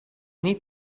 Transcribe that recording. need